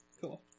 Cool